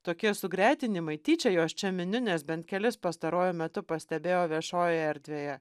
tokie sugretinimai tyčia juos čia miniu nes bent kelis pastaruoju metu pastebėjau viešojoje erdvėje